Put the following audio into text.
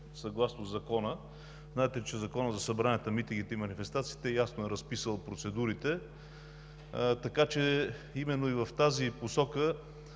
съгласно закона. Знаете, че Законът за събранията, митингите и манифестациите ясно е разписал процедурите, така че именно и в тази посока